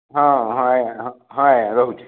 ହଁ ହଁ ଆଜ୍ଞା ହଁ ହଁ ଆଜ୍ଞା ରହୁଛି